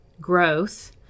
growth